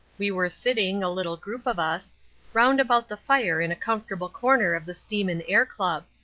we were sitting a little group of us round about the fire in a comfortable corner of the steam and air club.